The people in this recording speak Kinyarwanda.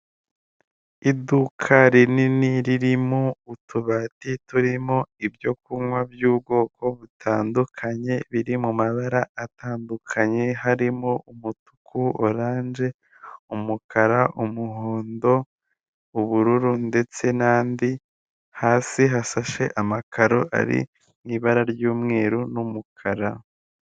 Iduka rinini ririmo utubati turimo ibyo kunywa by'ubwoko butandukanye biri mabara atandukanye harimo umutuku, orange, umukara, umuhondo, ubururu ndetse n'andi; hasi hasashe amakaro ari mu ibara ry'umweru n'umukara.